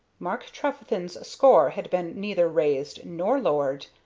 mark trefethen's score had been neither raised nor lowered,